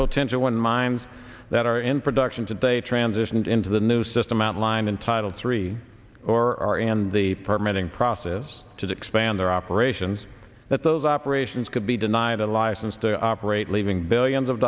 potential when mines that are in production today transitioned into the new system outlined in title three or are in the permitting process to expand their operations that those operations could be denied a license to operate leaving billions of